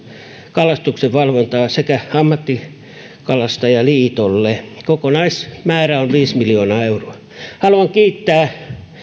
kalastuksenvalvontaan sekä ammattikalastajaliitolle kokonaismäärä on viisi miljoonaa euroa haluan kiittää